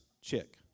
chick